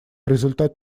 результат